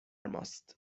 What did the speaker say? ماست